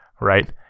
right